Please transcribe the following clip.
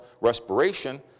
respiration